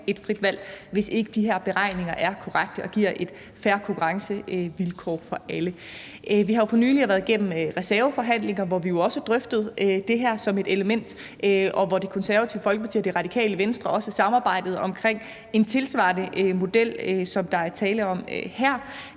et frit valg, hvis ikke de her beregninger er korrekte og giver fair konkurrencevilkår for alle. Vi har jo for nylig været igennem reserveforhandlinger, hvor vi jo også drøftede det her som et element, og hvor Det Konservative Folkeparti og Radikale Venstre også samarbejdede om en model tilsvarende den, der er tale om her.